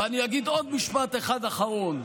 ואני אגיד עוד משפט אחד אחרון: